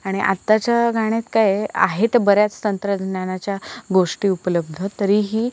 आणि आत्ताच्या गाण्यात काय आहे आहेत बऱ्याच तंत्रज्ञानाच्या गोष्टी उपलब्ध तरीही